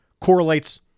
correlates